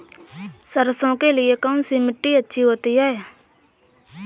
सरसो के लिए कौन सी मिट्टी अच्छी होती है?